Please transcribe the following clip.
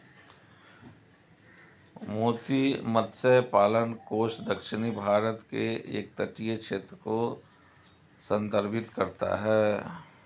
मोती मत्स्य पालन कोस्ट दक्षिणी भारत के एक तटीय क्षेत्र को संदर्भित करता है